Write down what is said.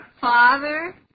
Father